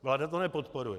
Vláda to nepodporuje.